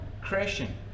crashing